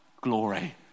glory